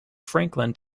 franklin